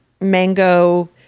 mango